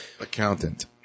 Accountant